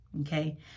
Okay